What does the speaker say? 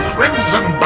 Crimson